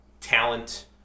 talent